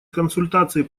консультации